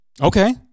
Okay